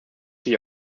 sich